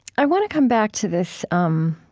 i want to come back to this um